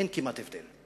אין כמעט הבדל.